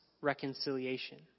reconciliation